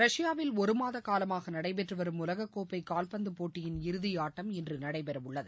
ரஷ்யாவில் ஒரு மாத காலமாக நடைபெற்று வரும் உலகக்கோப்பை கால்பந்து போட்டியின் இறுதியாட்டம் இன்று நடைபெறவுள்ளது